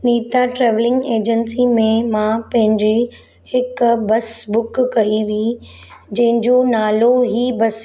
Neeta travelling agency में मां पंहिंजे हिकु बस बुक कई हुई जंहिंंजो नालो ही बस